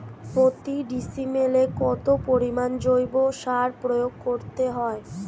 প্রতি ডিসিমেলে কত পরিমাণ জৈব সার প্রয়োগ করতে হয়?